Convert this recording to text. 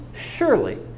Surely